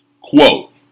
Quote